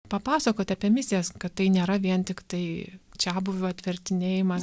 papasakot apie misijas kad tai nėra vien tiktai čiabuvių atvertinėjimas